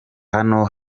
hano